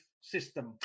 system